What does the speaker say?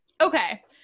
Okay